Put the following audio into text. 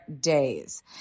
days